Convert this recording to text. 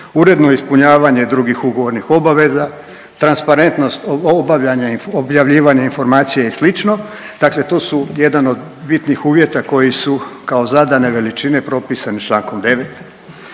uredno ispunjavanje i drugih ugovornih obaveza, transparentnost obavljanja, objavljivanja informacija i slično, dakle to su jedan od bitnih uvjeta koji su kao zadane veličine propisani Člankom 9.